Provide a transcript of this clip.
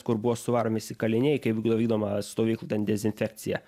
kur buvo suvaromi visi kaliniai kai buvo vykdoma stovyklų ten dezinfekcija